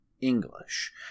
English